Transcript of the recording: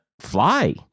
fly